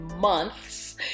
months